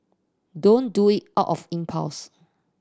don't do it out of impulse